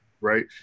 right